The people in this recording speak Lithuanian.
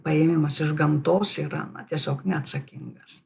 paėmimas iš gamtos yra tiesiog neatsakingas